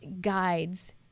guides